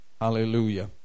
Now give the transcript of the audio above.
Hallelujah